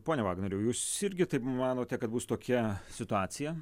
pone vagnoriau jūs irgi taip manote kad bus tokia situacija